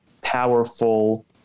powerful